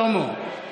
שלמה,